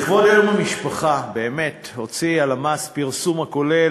לכבוד יום המשפחה הוציא הלמ"ס פרסום הכולל